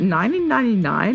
1999